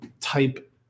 type